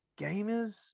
Gamers